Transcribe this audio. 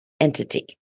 entity